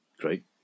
Great